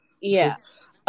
yes